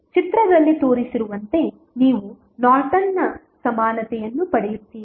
ಚಿತ್ರದಲ್ಲಿ ತೋರಿಸಿರುವಂತೆ ನೀವು ನಾರ್ಟನ್ನ ಸಮಾನತೆಯನ್ನು ಪಡೆಯುತ್ತೀರಿ